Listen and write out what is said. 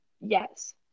Yes